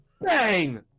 bang